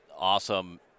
Awesome